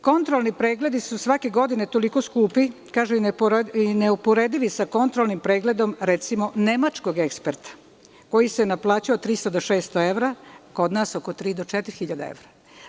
Kontrolni pregledi su svake godine toliko skupi i neuporedivi sa kontrolnim pregledom, recimo, nemačkog eksperta koji se naplaćuje od300 do 600 evra, a kod nas od 3.000 do 4.000 evra.